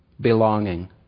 Belonging